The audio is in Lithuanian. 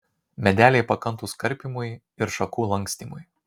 medeliai pakantūs karpymui ir šakų lankstymui